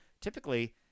typically